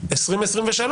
2023,